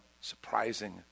surprising